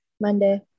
Monday